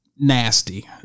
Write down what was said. Nasty